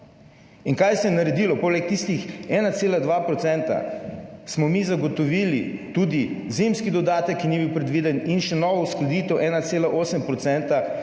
In kaj se je naredilo? Poleg tistega 1,2 % smo mi zagotovili tudi zimski dodatek, ki ni bil predviden, in še novo uskladitev 1,8